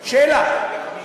שאלה.